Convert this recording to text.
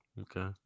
okay